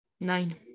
Nine